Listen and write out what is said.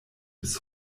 bis